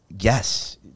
yes